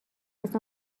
است